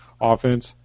offense